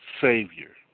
Savior